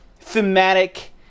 thematic